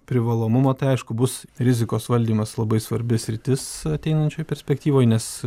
privalomumo tai aišku bus rizikos valdymas labai svarbi sritis ateinančioj perspektyvoj nes